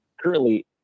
currently